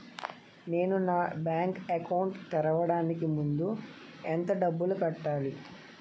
నేను నా bank account తెరవడానికి ముందు ఎంత డబ్బులు కట్టాలి?